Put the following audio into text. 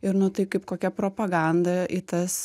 ir nu tai kaip kokia propaganda į tas